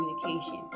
communication